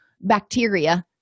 bacteria